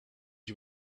you